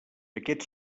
aquest